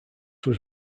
was